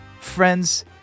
friends